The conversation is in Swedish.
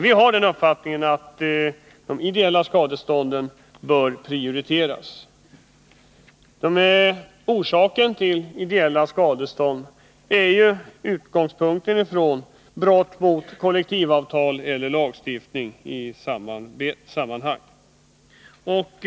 Vpk har den uppfattningen att de ideella skadestånden bör prioriteras. Orsaken till ideella skadestånd är ju brott mot kollektivavtal eller lagstiftning på arbetslivets område.